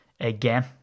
again